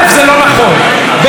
הציבור לא קונה את זה,